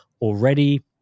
already